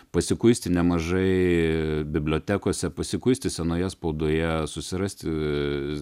pasikuisti nemažai bibliotekose pasikuisti senoje spaudoje susirasti